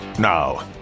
Now